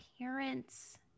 parents